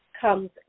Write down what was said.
comes